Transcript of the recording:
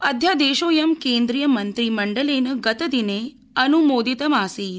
अध्यादेशोऽयं केन्द्रीय मंत्रिमण्डलेन गतदिने अनुमोदितमासीत्